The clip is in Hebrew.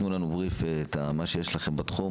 תתנו לנו "בריף" ואת מה שיש לכם בתחום,